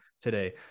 today